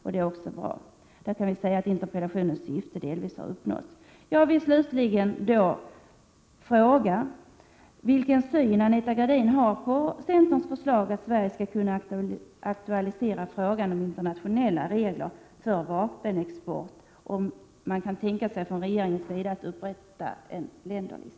Det är också bra. Därmed kan sägas att interpellationens syfte delvis har uppnåtts. Jag vill slutligen fråga vilken syn Anita Gradin har på centerns förslag att Sverige skall kunna aktualisera frågan om internationella regler för vapenexport och om man från regeringens sida kan tänka sig att upprätta en länderlista.